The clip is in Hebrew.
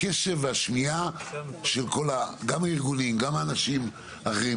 הקשב והשמיעה של כל הארגונים והאנשים האחרים,